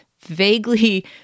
vaguely